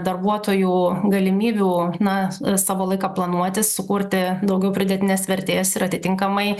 darbuotojų galimybių na savo laiką planuotis sukurti daugiau pridėtinės vertės ir atitinkamai